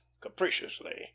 capriciously